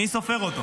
מי סופר אותו?